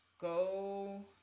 go